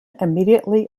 immediately